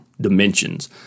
dimensions